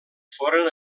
foren